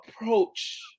approach